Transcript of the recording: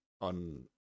on